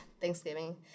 Thanksgiving